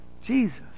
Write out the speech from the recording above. Jesus